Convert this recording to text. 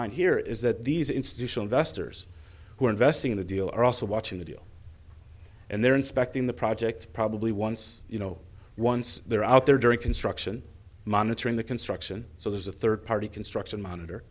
mind here is that these institutional investors who are investing in the deal are also watching the deal and they're inspecting the project probably once you know once they're out there during construction monitoring the construction so there's a third party construction m